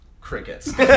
Crickets